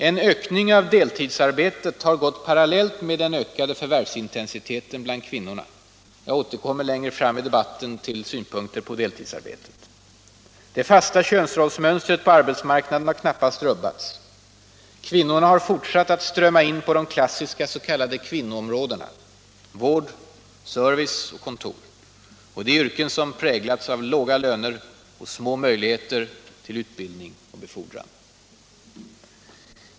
En ökning av deltidsarbetet har gått parallellt med den ökade förvärvsintensiteten bland kvinnorna. Jag återkommer längre fram i debatten till synpunkter på deltidsarbetet. Det fasta könsrollsmönstret på arbetsmarknaden har knappast rubbats. Kvinnorna har fortsatt att strömma in på de klassiska ”kvinnoområdena”: vård, service och kontor. Det är yrken som präglats av låga löner och små möjligheter till utbildning och befordran.